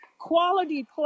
quality